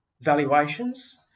valuations